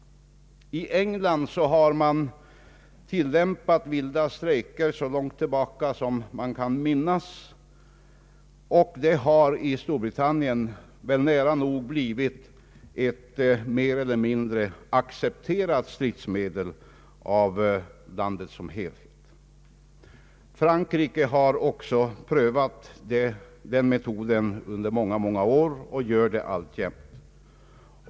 I England har man tillämpat vilda strejker så långt tillbaka som man kan minnas. De har i Storbritannien blivit ett mer eller mindre accepterat stridsmedel i landet såsom helhet. I Frankrike har man också prövat den metoden under många år och gör det alltjämt.